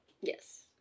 Yes